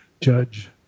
judge